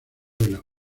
vuelo